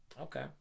Okay